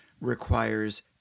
requires